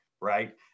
right